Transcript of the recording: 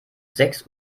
sechs